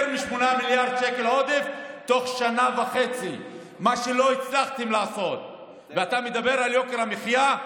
בגלל זה 20% יוקר המחיה.